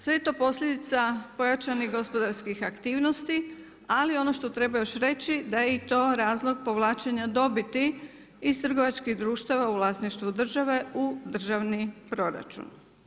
Sve je to posljedica pojačane gospodarskih aktivnosti, ali ono što treba još reći da je i to razlog povlačenja dobiti iz trgovačkih društava u vlasništvu države u državni proračun.